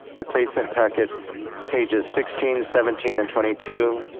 replacement packet pages sixteen, seventeen, and twenty two,